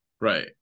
Right